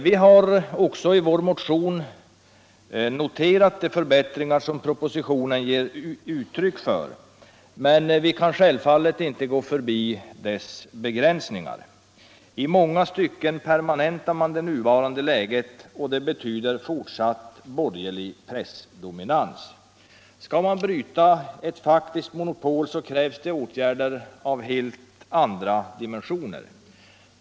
Vi har också i vår motion noterat de förbättringar som propositionen ger uttryck för, men vi kan självfallet inte gå förbi dess begränsningar. I många stycken permanentar man nu det nuvarande läget och det betyder fortsatt borgerlig pressdominans. Skall man bryta ett faktiskt monopol, krävs det åtgärder av helt andra dimensioner.